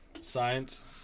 Science